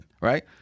right